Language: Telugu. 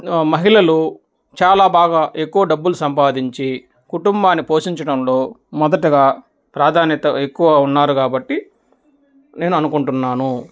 మహిళలు చాలా బాగా ఎక్కువ డబ్బులు సంపాదించి కుటుంబాన్ని పోషించడంలో మొదటగా ప్రాధాన్యత ఎక్కువ ఉన్నారు కాబట్టి నేను అనుకుంటున్నాను